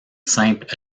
simple